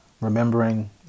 remembering